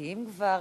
כי אם כבר,